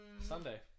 Sunday